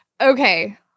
Okay